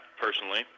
personally